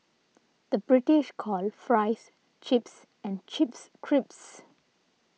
the British calls Fries Chips and Chips Crisps